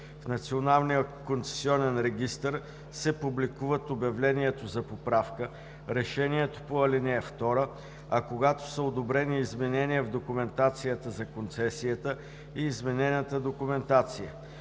се публикуват обявлението за поправка, решението по ал. 2, а когато са одобрени изменения в документацията за концесията – и изменената документация.